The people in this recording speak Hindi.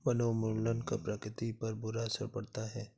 वनोन्मूलन का प्रकृति पर बुरा असर पड़ता है